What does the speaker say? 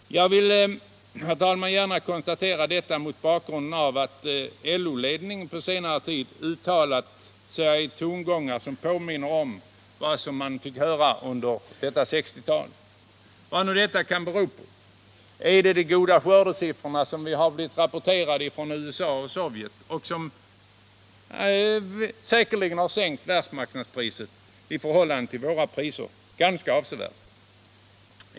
Jag vill, herr talman, gärna konstatera detta mot bakgrunden av att LO-ledningen på senare tid uttalat sig i tongångar som påminner om vad man fick höra under 1960-talet. Vad kan nu detta bero på? Är orsaken de goda skördesiffror som rapporterats från bl.a. USA och Sovjet och som säkerligen sänkt världsmarknadspriset i förhållande till våra priser ganska avsevärt?